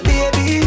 Baby